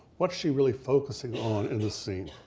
what's she really focusing on in this scene.